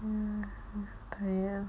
I so tired